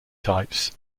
types